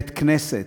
בית-כנסת.